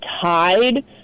tied